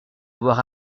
avoir